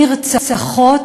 נרצחות,